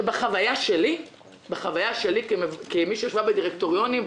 שבחוויה שלי כמי שישבה בדירקטוריונים,